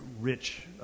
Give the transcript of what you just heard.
rich